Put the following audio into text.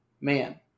Man